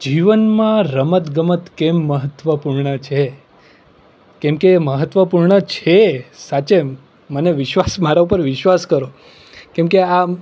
જીવનમાં રમતગમત કેમ મહત્ત્વપૂર્ણ છે કેમ કે એ મહત્ત્વપૂર્ણ છે સાચેમાં મને વિશ્વાસ મારા પર વિશ્વાસ કરો કેમ કે આમ